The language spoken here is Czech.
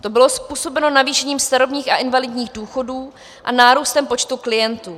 To bylo způsobeno navýšením starobních a invalidních důchodů a nárůstem počtu klientů.